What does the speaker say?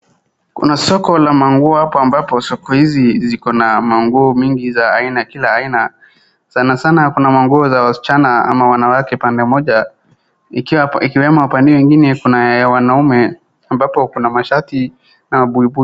Kuna soko la manguo hapa ambapo soko hizi ziko na manguo mingi za kila aina sana sana kuna manguo za wasichana ama wanawake pande moja ikiwemo pande hiyo ingine kuna ya wanaume ambapo kuna mashati na buibui.